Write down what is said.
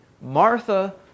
Martha